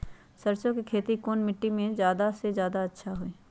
सरसो के खेती कौन मिट्टी मे अच्छा मे जादा अच्छा होइ?